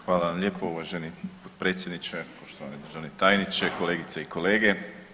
Hvala vam lijepo uvaženi potpredsjedniče, poštovani državni tajniče, kolegice i kolege.